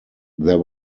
there